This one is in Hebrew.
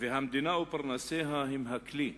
והמדינה ופרנסיה הם הכלי,